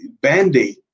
Band-Aid